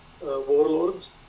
warlords